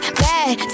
bad